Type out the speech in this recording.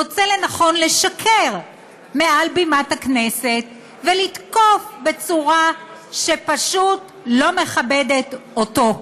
מוצא לנכון לשקר מעל בימת הכנסת ולתקוף בצורה שפשוט לא מכבדת אותו.